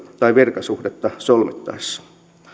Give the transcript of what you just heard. tai virkasuhdetta solmittaessa